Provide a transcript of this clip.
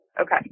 Okay